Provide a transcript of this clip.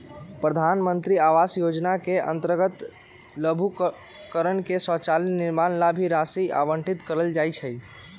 प्रधान मंत्री आवास योजना के अंतर्गत लाभुकवन के शौचालय निर्माण ला भी राशि आवंटित कइल जाहई